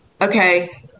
okay